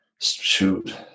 shoot